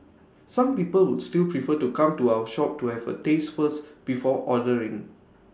some people would still prefer to come to our shop to have A taste first before ordering